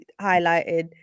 highlighted